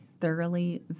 thoroughly